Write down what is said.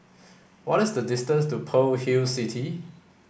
what is the distance to Pearl Hill City